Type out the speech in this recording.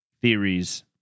theories